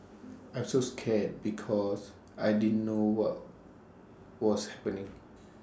I was so scared because I didn't know what was happening